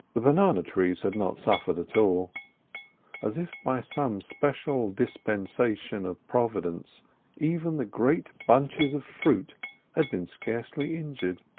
the banana trees had not suffered at all as if by some special dispensation of providence even the great bunches of fruit had been scarcely injured,